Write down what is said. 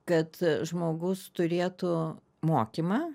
kad žmogus turėtų mokymą